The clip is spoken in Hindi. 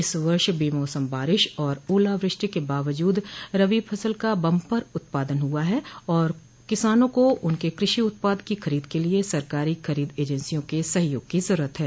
इस वर्ष बेमौसम बारिश और ओलावृष्टि के बावजूद रबी फसल का बंपर उत्पादन हुआ है और किसानों को उनके कृषि उत्पाद की खरीद के लिए सरकारी खरीद एजेंसियों के सहयोग की जरूरत ह